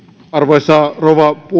arvoisa rouva